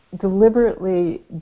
deliberately